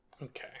Okay